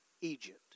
Egypt